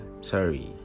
Sorry